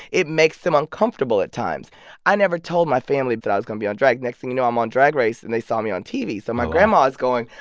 it makes them uncomfortable at times i never told my family that i was going to be on drag. next thing you know, i'm on drag race and they saw me on tv. so my grandma is going,